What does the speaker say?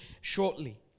shortly